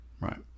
right